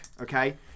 okay